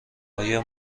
آیا